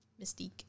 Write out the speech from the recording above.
Mystique